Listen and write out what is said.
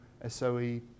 SOE